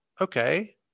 Okay